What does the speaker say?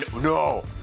no